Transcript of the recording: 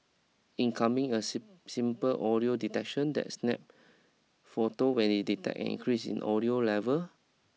in coming a simple audio detection that snap photo when it detect an increase in audio level